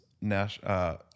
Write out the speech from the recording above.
national